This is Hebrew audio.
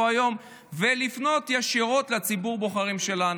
היום ולפנות ישירות לציבור הבוחרים שלנו.